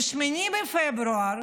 ב-8 בפברואר